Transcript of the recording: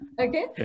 Okay